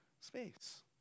space